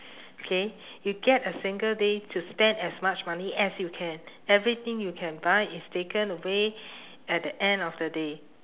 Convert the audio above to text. okay you get a single day to spend as much money as you can everything you can buy is taken away at the end of the day